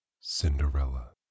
Cinderella